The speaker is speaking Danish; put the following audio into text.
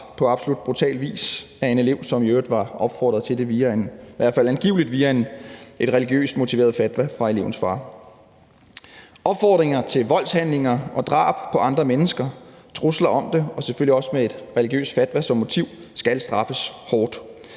på absolut brutal vis af en elev, som i øvrigt var blevet opfordret til det – i hvert fald angiveligt – via en religiøs motiveret fatwa fra elevens far. Opfordringer til voldshandlinger og drab på andre mennesker og trusler om det skal straffes hårdt, selvfølgelig også, når det sker med en religiøs fatwa som motiv. For ganske kort